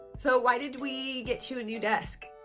so why did we get you a new desk?